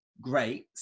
Great